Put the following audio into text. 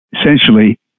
essentially